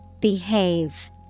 Behave